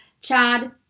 Chad